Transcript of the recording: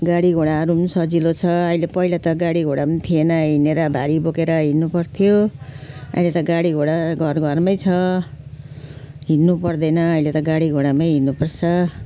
गाडी घोडाहरू सजिलो छ अहिले पहिले त गाडी घोडा थिएन हिँडेर भारी बोकेर हिँड्नु पर्थ्यो अहिले त गाडी घोडा घर घरमै छ हिँड्नु पर्दैन अहिले त गाडी घोडामै हिँड्नु पर्छ